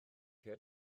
kate